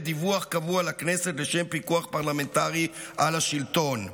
דיווח קבוע לכנסת לשם פיקוח פרלמנטרי על השלטון.